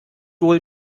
wohl